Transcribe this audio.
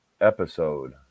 episode